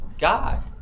God